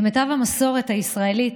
כמיטב המסורת הישראלית,